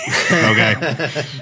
okay